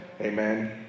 Amen